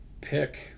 pick